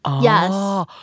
Yes